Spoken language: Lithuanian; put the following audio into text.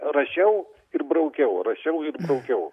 rašiau ir braukiau rašiau ir braukiau